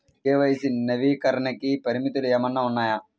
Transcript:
KYC నవీకరణకి పరిమితులు ఏమన్నా ఉన్నాయా?